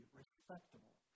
respectable